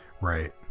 Right